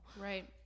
Right